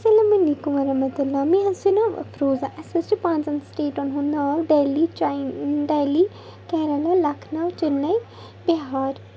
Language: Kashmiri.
السلام علیکُم وَرحمتُہ اللہ مےٚ حظ چھُ ناو اَفروزا اَسہِ حظ چھِ پانٛژَن سٹیٹَن ہُنٛد ناو دہلی دہلی کیریلا لَکھنَو چِنَے بِہار